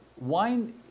wine